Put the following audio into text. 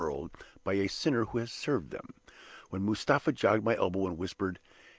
by a sinner who has served them when mustapha jogged my elbow, and whispered,